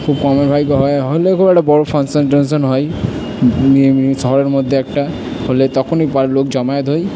খুব কমে হয় হলেও খুব একটা বড়ো ফাংশন টাংশন হয় সবার মধ্যে একটা হলে তখনই লোক জমায়েত হয়